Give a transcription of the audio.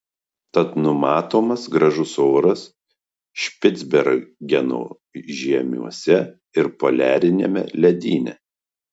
tad numatomas gražus oras špicbergeno žiemiuose ir poliariniame ledyne